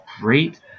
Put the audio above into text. great